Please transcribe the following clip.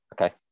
Okay